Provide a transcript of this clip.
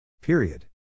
Period